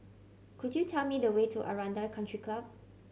could you tell me the way to Aranda Country Club